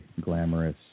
glamorous